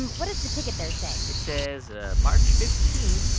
and what does the ticket there say? it says ah march fifteen,